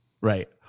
Right